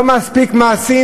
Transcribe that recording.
לא מספיק מעשים?